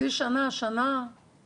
אני